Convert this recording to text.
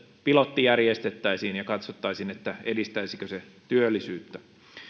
pilotti järjestettäisiin ja katsottaisiin edistäisikö se työllisyyttä